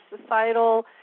societal